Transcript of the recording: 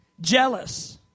Jealous